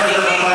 תודה, אדוני.